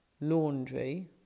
laundry